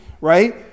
right